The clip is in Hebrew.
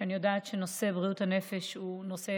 שאני יודעת שנושא בריאות הנפש הוא נושא